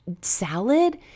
salad